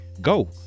go